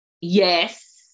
Yes